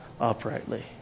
uprightly